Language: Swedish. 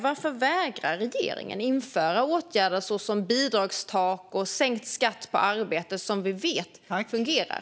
Varför vägrar regeringen att införa åtgärder såsom bidragstak och sänkt skatt på arbete, som vi vet fungerar?